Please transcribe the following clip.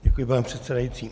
Děkuji, pane předsedající.